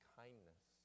kindness